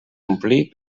omplir